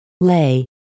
lay